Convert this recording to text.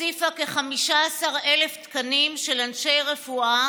הוסיפה כ-15,000 תקנים של אנשי רפואה